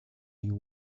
you